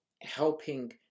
helping